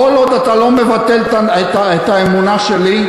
כל עוד אתה לא מבטל את האמונה שלי,